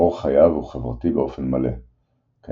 אורח חייו הוא חברתי באופן מלא – קיימת